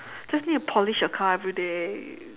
just need to polish your car everyday